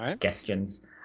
Questions